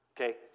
Okay